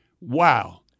Wow